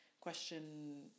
question